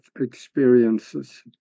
experiences